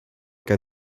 cas